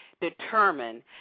determine